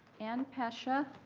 ann pesha,